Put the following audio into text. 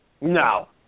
No